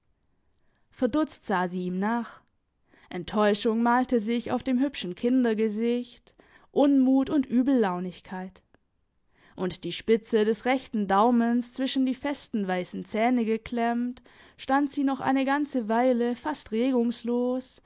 verdutzt sah sie ihm nach enttäuschung malte sich auf dem hübschen kindergesicht unmut und übellaunigkeit und die spitze des rechten daumens zwischen die festen weissen zähne geklemmt stand sie noch eine ganze weile fast regungslos